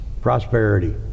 Prosperity